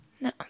No